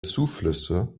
zuflüsse